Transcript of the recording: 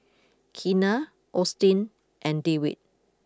Keena Austin and Dewitt